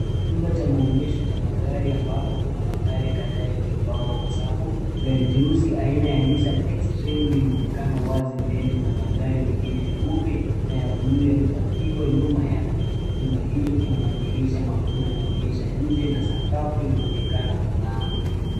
Chumba cha maonyesho cha magari ambapo kuna magari kadhaa yaliyopangwa kwa safu. Gari jeusi aina ya Nissan Xtrail linaonekana wazi mbele ba magari mengine meupe na ya bluu yamepakiwa nyuma yake. Chumba hicho kina madirisha makubwa yanayoonyesha nje na sakafu inaonekana kung'aa.